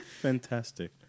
fantastic